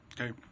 Okay